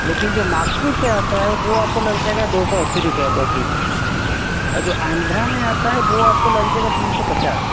लेकिन जो नागपुर से आता है वो आप को लग जाएगा दो सौ अस्सी रुपये पर के जी और जो आंध्रा में आता है वो आप को लग जाएगा तीन सौ पचास